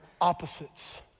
opposites